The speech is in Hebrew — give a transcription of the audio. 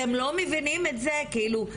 אתם לא מבינים את זה, כאילו,